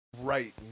right